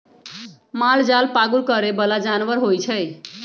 मालजाल पागुर करे बला जानवर होइ छइ